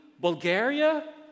Bulgaria